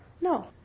No